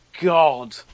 god